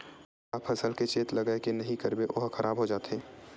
का फसल के चेत लगय के नहीं करबे ओहा खराब हो जाथे?